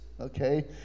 Okay